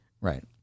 right